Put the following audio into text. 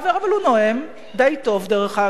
אבל הוא נואם די טוב, דרך אגב.